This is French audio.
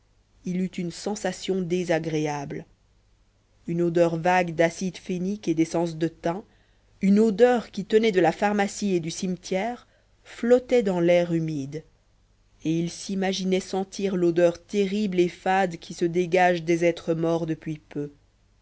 il eut une sensation désagréable une odeur vague d'acide phénique et d'essence de thym une odeur qui tenait de la pharmacie et du cimetière flottait dans l'air humide et il s'imaginait sentir l'odeur terrible et fade qui se dégage des êtres morts depuis peu